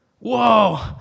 Whoa